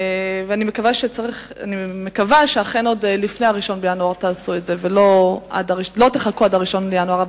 ואני מקווה שאכן עוד לפני 1 בינואר תעשו את זה ולא תחכו עד 1 בינואר.